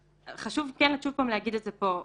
חשוב כן שוב פעם להגיד את זה פה.